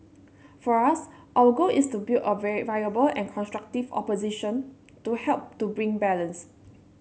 for us our goal is to build a very viable and constructive opposition to help to bring balance